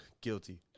Guilty